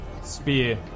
spear